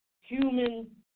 human